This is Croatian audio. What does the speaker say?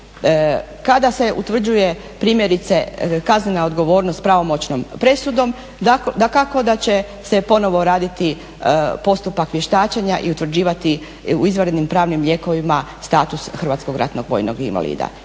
Kada se utvrđuje primjerice kaznena odgovornost pravomoćnom presudom dakako da će se ponovno raditi postupak vještačenja i utvrđivati u izvanrednim pravnim lijekovima status HRVI-ja. Imali